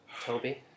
Toby